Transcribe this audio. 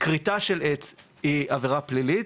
כריתה של עץ היא עבירה פלילית.